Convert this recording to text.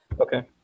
Okay